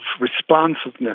responsiveness